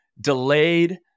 delayed